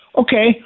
Okay